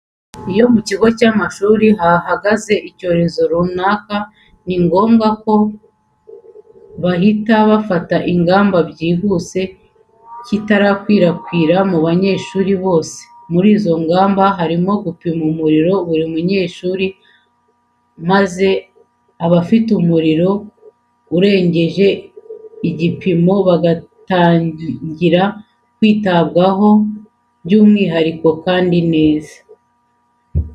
Iyo mu cyigo cy'amashuri hagaragaye icyorezo runaka ni ngombwa ko bahita bafata ingamba byihuse cyitarakwira mu banyeshuri bose. Muri izo ngamba harimo gupima umuriro buri munyeshuri maze abafite umuriro urenjyeje ijyipimo bagatanjyira kwitabwaho by'mwihariko kandi neza.